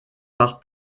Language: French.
par